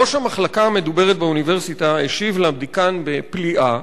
ראש המחלקה המדוברת באוניברסיטה השיבה לדיקן בפליאה,